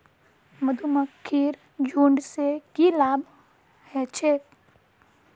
मधुमक्खीर झुंड स की लाभ ह छेक